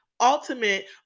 ultimate